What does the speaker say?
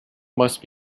must